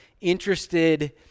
interested